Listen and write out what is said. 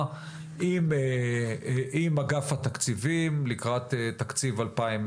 עם אגף התקציבים לקראת תקציב 2023,